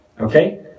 Okay